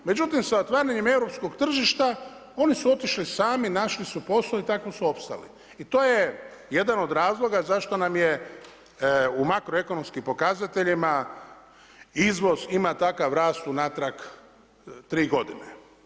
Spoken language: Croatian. Međutim sa otvaranjem europskog tržišta oni su otišli sami, našli su posao i tako su opstali i to je jedan od razloga zašto nam je u makroekonomskim pokazateljima izvoz ima takav rast unatrag 3 godine.